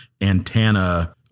antenna